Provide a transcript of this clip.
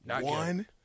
One